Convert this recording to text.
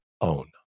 own